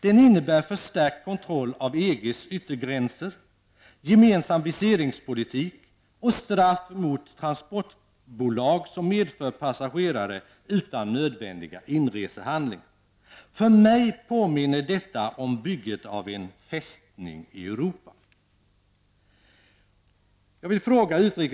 Den innebär förstärkt kontroll av EGs yttergränser, gemensam viseringspolitik och straff mot transportbolag som medför passagerare utan nödvändiga inresehandlingar. För mig påminner detta om bygget av en ''Fästning Europa''.